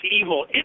evil